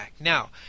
Now